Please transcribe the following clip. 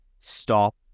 stop